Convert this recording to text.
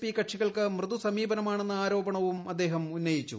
P കക്ഷികൾക്ക് മൃദു സമീപനമാണെന്ന ആരോപണവും അദ്ദേഹം ഉന്നയിച്ചു